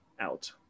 out